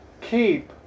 keep